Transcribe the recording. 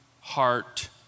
heart